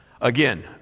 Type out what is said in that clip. Again